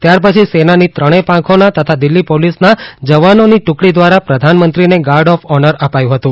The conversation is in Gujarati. ત્યારપછી સેનાની ત્રણેય પાંખોના તથા દિલ્હી પોલીસના જવાનોની ટુકડી ધ્વારા પ્રધાનમંત્રીને ગાર્ડ ઓફ ઓનર અપાયું હતું